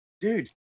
dude